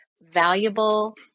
valuable